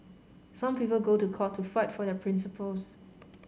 some people go to court to fight for their principles